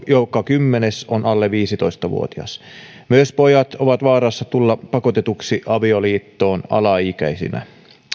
joka kymmenes on alle viisitoista vuotias myös pojat ovat vaarassa tulla pakotetuiksi avioliittoon alaikäisinä